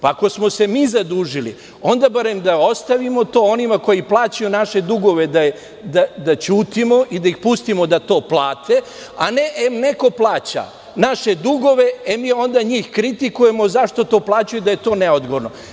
Ako smo se mi zadužili, onda barem da ostavimo to onima koji plaćaju naše dugove, da ćutimo i da ih pustimo da to plate, a ne – em neko plaća naše dugove, em ih mi kritikujemo što to plaćaju i govorimo da je to neodgovorno.